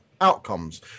outcomes